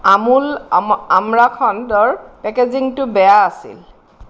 আমুল আমা আমৰাখণ্ডৰ পেকেজিংটো বেয়া আছিল